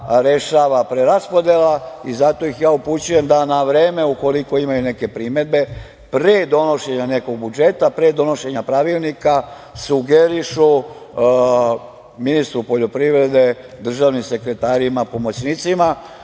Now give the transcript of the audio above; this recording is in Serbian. preraspodela. Zato ih upućujem da na vreme, ukoliko imaju neke primedbe, pre donošenja nekog budžeta, pre donošenja pravilnika, sugerišu ministru poljoprivrede, državnim sekretarima, pomoćnicima,